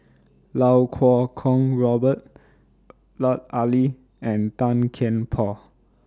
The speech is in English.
Lau Kuo Kwong Robert Lut Ali and Tan Kian Por